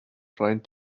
trying